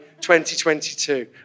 2022